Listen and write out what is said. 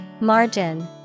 Margin